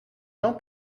jean